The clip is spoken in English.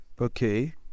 okay